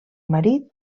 marit